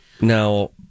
Now